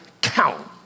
count